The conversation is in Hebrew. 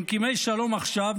ממקימי שלום עכשיו,